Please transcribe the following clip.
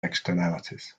externalities